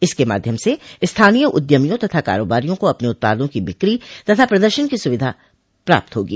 इसके माध्यम से स्थानीय उद्यमियों तथा कारोबारियों को अपने उत्पादों की बिक्री तथा प्रदर्शन की सुविधा प्राप्त होगी